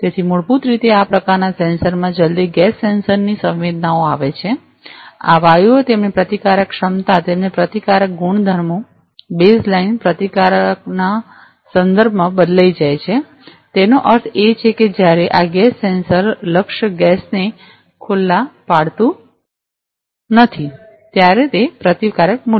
તેથીમૂળભૂત રીતે આ પ્રકારના સેન્સરમાં જલદી ગેસ સેન્સર્સની સંવેદનાઓ આવે છે આ વાયુઓ તેમની પ્રતિકારક ક્ષમતા તેમની પ્રતિકારક ગુણધર્મો બેઝલાઇન પ્રતિકારના સંદર્ભમાં બદલાઈ જાય છે તેનો અર્થ એ છે કે જ્યારે આ ગેસ સેન્સર લક્ષ્ય ગેસને ખુલ્લું પાડતું નથી ત્યારે પ્રતિકાર મૂલ્ય